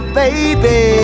baby